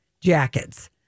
jackets